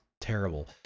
terrible